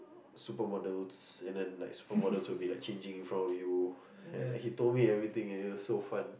super models and then like super models will be like changing in front of you and like he told me everything and it was so fun